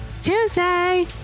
Tuesday